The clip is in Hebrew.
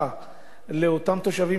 לאותם תושבים שגרים שם.